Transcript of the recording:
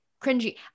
cringy